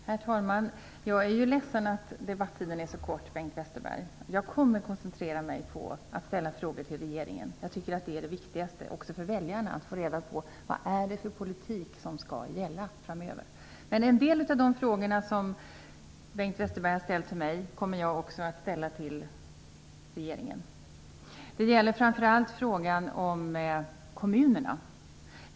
Herr talman! Jag är ledsen att debattiden är så kort, Bengt Westerberg. Jag kommer att koncentrera mig på att ställa frågor till regeringen. Jag tycker att det är viktigast också för väljarna att få reda på vad det är för politik som skall gälla framöver. En del av de frågor som Bengt Westerberg har ställt till mig kommer jag också att ställa till regeringen. Det gäller framför allt frågan om kommunerna.